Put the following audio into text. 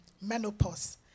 menopause